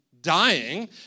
dying